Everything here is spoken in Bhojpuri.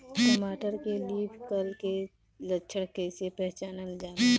टमाटर में लीफ कल के लक्षण कइसे पहचानल जाला?